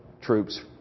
troops